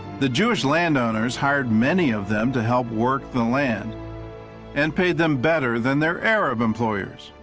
the jewish land owners hired many of them to help work the land and paid them better than their arab employers.